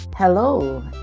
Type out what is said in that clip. Hello